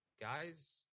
guys